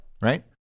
right